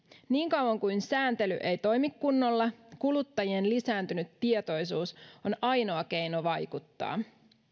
niin kauan kuin sääntely ei toimi kunnolla kuluttajien lisääntynyt tietoisuus on ainoa keino vaikuttaa